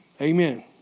Amen